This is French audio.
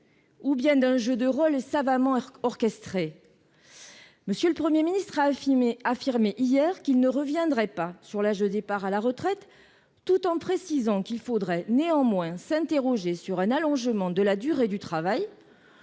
ou bien d'un jeu de rôles savamment orchestré ? M. le Premier ministre a affirmé hier qu'il ne reviendrait pas sur l'âge de départ à la retraite, tout en précisant qu'il faudrait néanmoins s'interroger sur un allongement de la durée du travail,